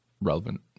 relevant